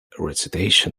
recitation